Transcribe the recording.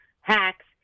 hacks